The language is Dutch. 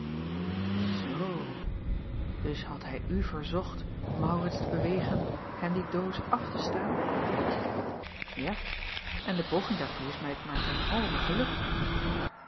oo dus had hij u verzocht aurits te bewegen hem die doos af te staan a en de poging daartoe is mij maar ten halve gelukt